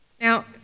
Now